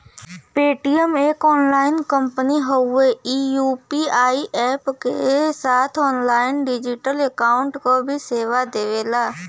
Paytm एक online company हउवे ई यू.पी.आई अप्प क साथ ऑनलाइन डिजिटल अकाउंट क भी सेवा देला